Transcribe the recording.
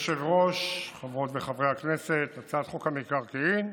חברות וחברי הכנסת, הצעת חוק המקרקעין,